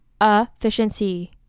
efficiency